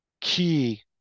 Key